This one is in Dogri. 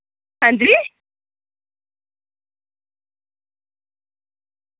हां जी